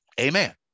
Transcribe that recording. Amen